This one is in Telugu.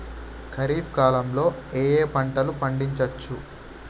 ఖరీఫ్ కాలంలో ఏ ఏ పంటలు పండించచ్చు?